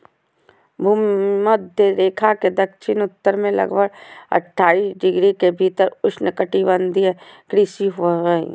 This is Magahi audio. भूमध्य रेखा के दक्षिण उत्तर में लगभग अट्ठाईस डिग्री के भीतर उष्णकटिबंधीय कृषि होबो हइ